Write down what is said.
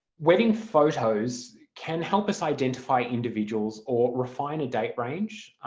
wedding photos can help us identify individuals or refine a date range,